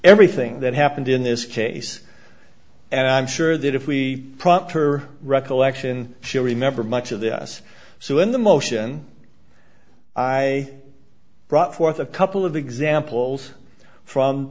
everything that happened in this case and i'm sure that if we prompt her recollection she'll remember much of the us so in the motion i brought forth a couple of examples from